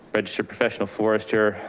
registered professional forester.